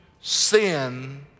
Sin